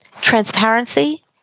transparency